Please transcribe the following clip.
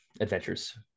Adventures